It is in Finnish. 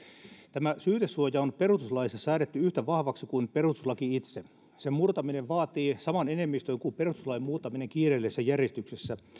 tämä syytesuoja on perustuslaissa säädetty yhtä vahvaksi kuin perustuslaki itse sen murtaminen vaatii saman enemmistön kuin perustuslain muuttaminen kiireellisessä järjestyksessä